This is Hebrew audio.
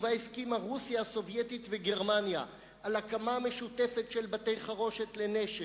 ובה הסכימו רוסיה הסובייטית וגרמניה על הקמה משותפת של בתי-חרושת לנשק,